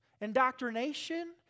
indoctrination